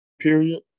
period